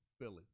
Philly